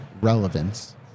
relevance